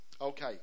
Okay